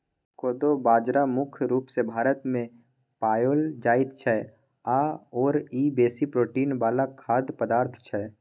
कोदो बाजरा मुख्य रूप सँ भारतमे पाओल जाइत छै आओर ई बेसी प्रोटीन वला खाद्य पदार्थ छै